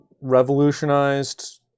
revolutionized